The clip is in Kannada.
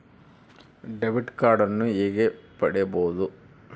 ಡೆಬಿಟ್ ಕಾರ್ಡನ್ನು ಹೇಗೆ ಪಡಿಬೋದು?